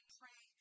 pray